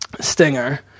Stinger